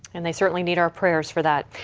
and they certainly need our prayers for that.